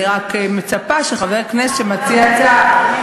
אני רק מצפה שחבר כנסת שמציע הצעה,